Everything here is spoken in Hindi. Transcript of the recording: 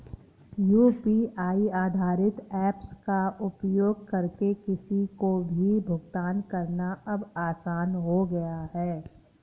यू.पी.आई आधारित ऐप्स का उपयोग करके किसी को भी भुगतान करना अब आसान हो गया है